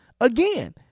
again